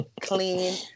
Clean